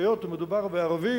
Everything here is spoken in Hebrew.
שהיות שמדובר בערבי,